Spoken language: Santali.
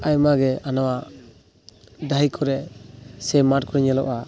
ᱟᱭᱢᱟᱜᱮ ᱚᱱᱟ ᱰᱟᱦᱤ ᱠᱚᱨᱮ ᱥᱮ ᱢᱟᱴ ᱠᱚᱨᱮ ᱧᱮᱞᱚᱜᱼᱟ